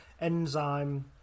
enzyme